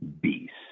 beast